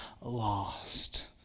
lost